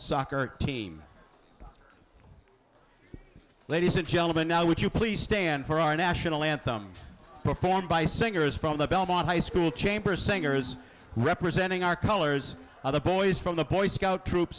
soccer team ladies and gentlemen now would you please stand for our national anthem performed by singers from the belmont high school chamber singers representing our colors other boys from the boy scout troop